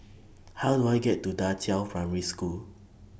How Do I get to DA Qiao Primary School